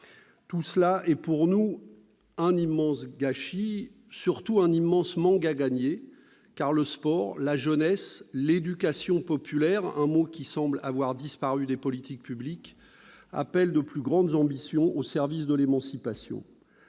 Tout cela est pour nous un immense gâchis, surtout un immense manque à gagner, car le sport, la jeunesse, l'éducation populaire- expression qui semble avoir disparu des politiques publiques -appellent de plus grandes ambitions au service de l'émancipation.